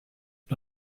und